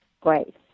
great